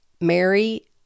Mary